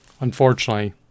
unfortunately